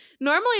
Normally